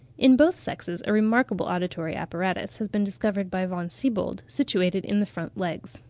in both sexes a remarkable auditory apparatus has been discovered by von siebold, situated in the front legs.